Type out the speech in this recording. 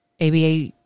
ABA